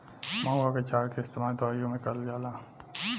महुवा के क्षार के इस्तेमाल दवाईओ मे करल जाला